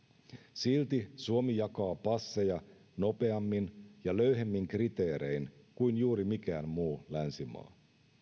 silti suomi jakaa passeja nopeammin ja löyhemmin kriteerein kuin juuri mikään muu länsimaa